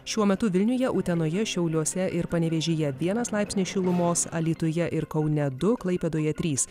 šiuo metu vilniuje utenoje šiauliuose ir panevėžyje vienas laipsnis šilumos alytuje ir kaune du klaipėdoje trys